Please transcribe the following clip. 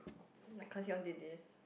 cause you all did this